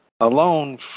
Alone